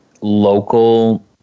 local